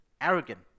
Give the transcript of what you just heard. arrogant